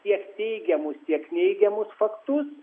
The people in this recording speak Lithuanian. tiek teigiamus tiek neigiamus faktus